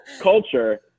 culture